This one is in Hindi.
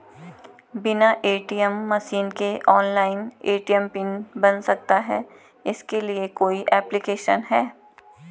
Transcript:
बिना ए.टी.एम मशीन के ऑनलाइन ए.टी.एम पिन बन सकता है इसके लिए कोई ऐप्लिकेशन है?